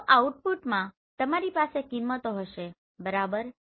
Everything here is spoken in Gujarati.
તો આઉટપુટમાં તમારી પાસે કિંમતો હશે બરાબર ને